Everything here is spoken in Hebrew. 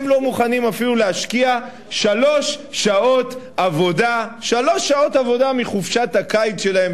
הם לא מוכנים אפילו להשקיע שלוש שעות עבודה מחופשת הקיץ שלהם,